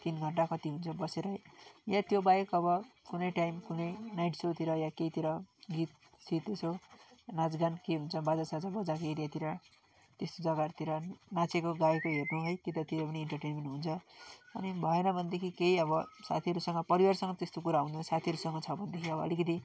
तिन घन्टा कति हुन्छ बसेरै या त्योबाहेक अब कुनै टाइम कुनै नाइट सोतिर या केहीतिर गीत सीत यसो नाचगान के हुन्छ बाजासाजा बजाएको एरियातिर त्यस्तो जग्गाहरूतिर नाँचेको गाएको हेर्नु है कि त त्यो पनि इन्टर्टेनमेन हुन्छ अनि भएन भनेदेखि केही अब साथीहरूसँग परिवारसँग त्यस्तो कुरा हुन्न साथीहरूसँग छ भनेदेखि अब अलिकति